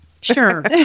Sure